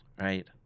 right